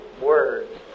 words